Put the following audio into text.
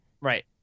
Right